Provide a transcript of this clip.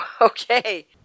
Okay